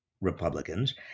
Republicans